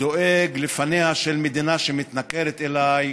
דואג לפניה של מדינה שמתנכרת אליי,